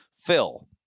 Phil